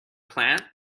plan